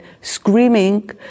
screaming